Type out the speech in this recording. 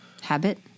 habit